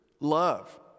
love